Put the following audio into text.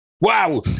Wow